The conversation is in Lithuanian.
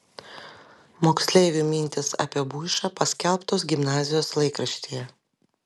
moksleivių mintys apie buišą paskelbtos gimnazijos laikraštyje